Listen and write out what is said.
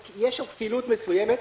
יש שם כפילות מסוימת,